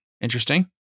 Interesting